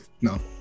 No